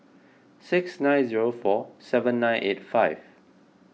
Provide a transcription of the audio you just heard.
six nine zero four seven nine eight five